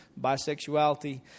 bisexuality